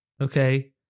Okay